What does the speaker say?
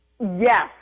Yes